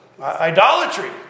Idolatry